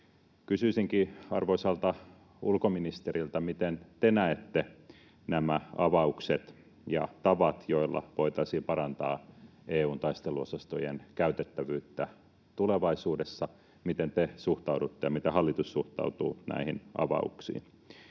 Kysyisinkin arvoisalta ulkoministeriltä: Miten te näette nämä avaukset ja tavat, joilla voitaisiin parantaa EU:n taisteluosastojen käytettävyyttä tulevaisuudessa? Miten te suhtaudutte ja miten hallitus suhtautuu näihin avauksiin,